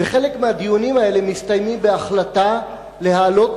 וחלק מהדיונים האלה מסתיימים בהחלטה להעלות